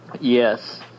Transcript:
Yes